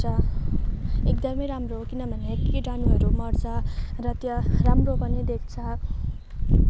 हुन्छ एकदमै राम्रो किनभने किटाणुहरू मर्छ र त्यहाँ राम्रो पनि देख्छ